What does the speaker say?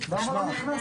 מכיוון